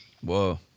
Whoa